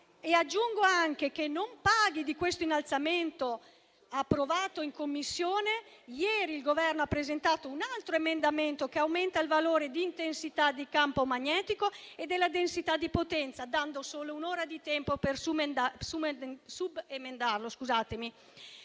Aggiungo anche che, non paghi di questo innalzamento approvato in Commissione, ieri il Governo ha presentato un altro emendamento che aumenta il valore di intensità di campo magnetico e della densità di potenza, dando solo un'ora di tempo per subemendarlo.